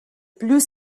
plus